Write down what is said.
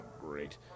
Great